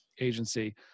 agency